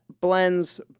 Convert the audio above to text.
blends